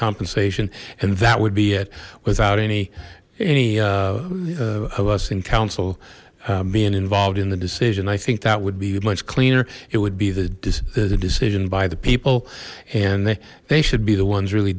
compensation and that would be it without any any of us in council being involved in the decision i think that would be much cleaner it would be the decision by the people and they they should be the ones really